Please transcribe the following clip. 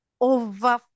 over